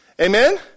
Amen